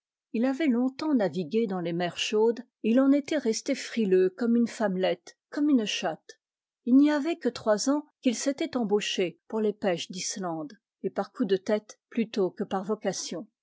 il avait longtemps navigué dans les mers chaudes et il en était resté frileux comme une femmelette comme une chatte il n'y avait que trois ans qu'il s'était embauché pour les pêches d'islande et par coup de tête plutôt que par vocation